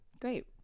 Great